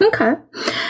Okay